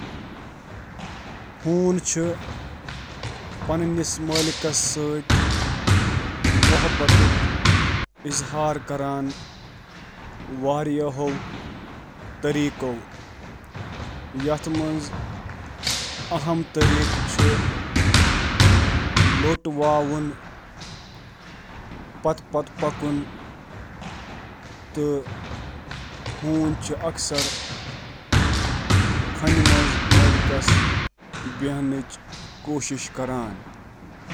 ہونۍ ہٮ۪کَن تۄہہِ پٮ۪ٹھ جھکُن، تۄہہِ تماشہٕ اَنِتھ، یا تُہنٛد کینٛہہ پسندیدٕ چیز تُلِتھ محبتُک مظٲہرٕ کٔرِتھ ۔